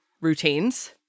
routines